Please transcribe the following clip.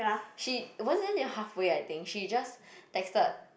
she wasn't even half way I think she just texted